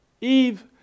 Eve